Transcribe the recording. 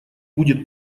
будет